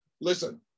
Listen